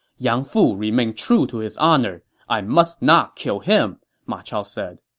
yang fu remained true to his honor i must not kill him, ma chao said.